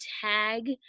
tag